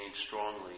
strongly